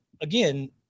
again